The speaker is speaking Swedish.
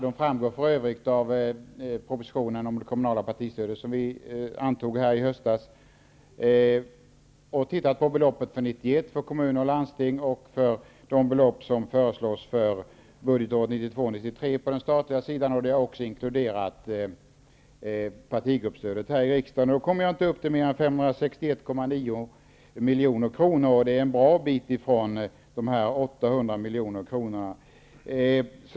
De framgår för övrigt av propositionen om det kommunala partistödet, som vi antog här i höstas. Jag har sett på beloppet för 1991 till kommuner och landsting och de belopp som föreslås för budgetåret 1992/93 på den statliga sidan, som inkluderar partigruppsstödet här i riksdagen, och jag kommer inte upp till mer än 561,9 milj.kr. Det är en bra bit ifrån 800 milj.kr.